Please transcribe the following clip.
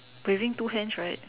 raising two hands right